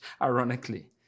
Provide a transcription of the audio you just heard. ironically